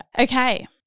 okay